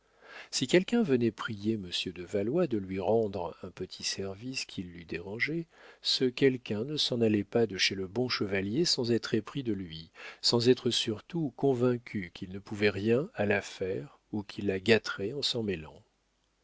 si quelqu'un venait prier monsieur de valois de lui rendre un petit service qui l'eût dérangé ce quelqu'un ne s'en allait pas de chez le bon chevalier sans être épris de lui sans être surtout convaincu qu'il ne pouvait rien à l'affaire ou qu'il la gâterait en s'en mêlant